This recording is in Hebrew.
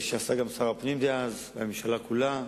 שעשו גם שר הפנים דאז והממשלה כולה,